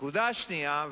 הנקודה השנייה,